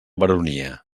baronia